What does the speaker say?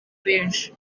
benshi